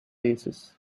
aces